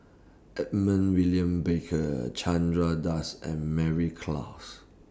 Edmund William Barker Chandra Das and Mary Klass